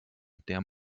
der